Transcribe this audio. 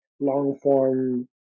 long-form